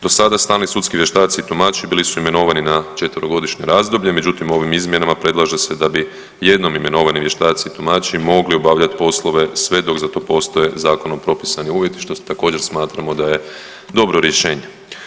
Do sada stalni sudski vještaci i tumači bili su imenovani na 4-godišnje razdoblje, međutim ovim izmjenama predlaže se da bi jednom imenovani vještaci i tumači mogli obavljat poslove sve dok za to postoje zakonom propisani uvjeti, što također smatramo da je dobro rješenje.